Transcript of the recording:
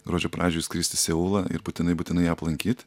gruodžio pradžioj skrist į seulą ir būtinai būtinai ją aplankyt